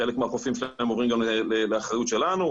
חלק מהחופים גם עוברים לאחריות שלנו,